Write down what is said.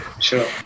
sure